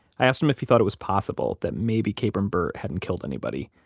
i asked him if he thought it was possible that maybe kabrahm burt hadn't killed anybody,